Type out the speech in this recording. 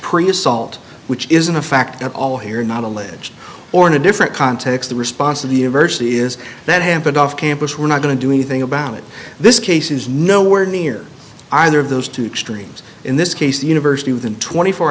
assault which isn't a fact at all here not alleged or in a different context the response of the university is that happened off campus we're not going to do anything about it this case is nowhere near either of those two extremes in this case the university of them twenty four